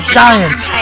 giants